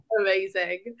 amazing